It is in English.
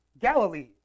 Galilee